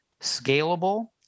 scalable